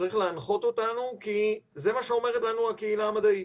שצריך להנחות אותנו כי זה מה שאומרת הקהילה המדעית.